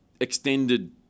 extended